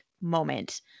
moment